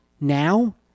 now